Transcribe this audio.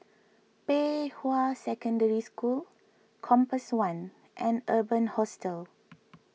Pei Hwa Secondary School Compass one and Urban Hostel